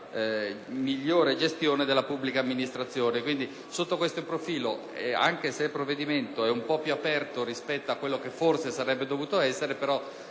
Grazie,